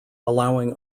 allowing